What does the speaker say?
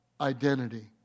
identity